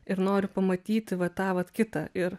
ir noriu pamatyti va tą vat kitą ir